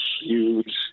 huge